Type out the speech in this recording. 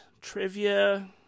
trivia